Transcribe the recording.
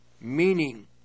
meaning